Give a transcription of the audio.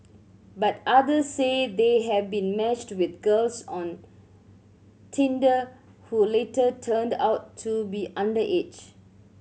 but others say they have been matched with girls on Tinder who later turned out to be underage